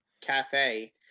cafe